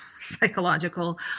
psychological